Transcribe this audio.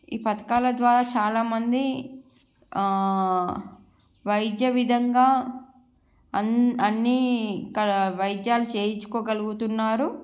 ఈ పథకాల ద్వారా చాలామంది ఆ వైద్య విధంగా అన్ని అన్ని వైద్యాలు చేయించుకోగలుగుతున్నారు